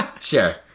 Sure